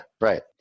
right